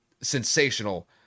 sensational